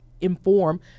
inform